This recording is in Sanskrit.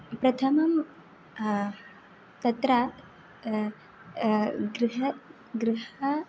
प्रथमं तत्र गृहे गृहे